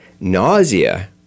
nausea